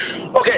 Okay